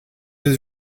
was